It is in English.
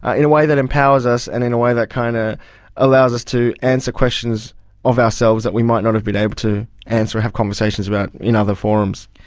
in a way that empowers us and in a way that kind of allows us to answer questions of ourselves that we might not have been able to answer and have conversations about in other forums.